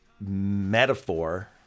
metaphor